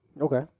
okay